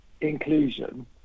inclusion